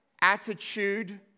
attitude